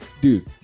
Dude